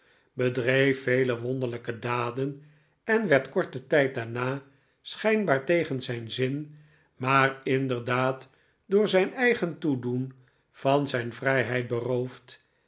bedreef vele wonderlijke daden en werd korten tijd daarna schijnbaar tegen zijn zin maar inderdaad door zijn eigen toedoen van zijn vrijheid beroofd